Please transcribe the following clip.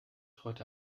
heute